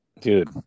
dude